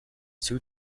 two